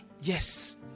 yes